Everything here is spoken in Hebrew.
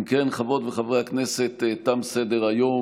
אם כן, חברות וחברי הכנסת, תם סדר-היום.